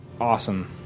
Awesome